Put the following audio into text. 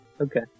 Okay